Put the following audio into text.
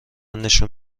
نشون